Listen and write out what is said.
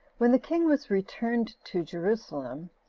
when the king was returned to jerusalem,